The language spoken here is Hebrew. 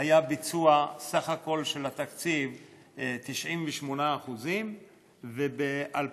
סך ביצוע התקציב היה 98% וב-2015,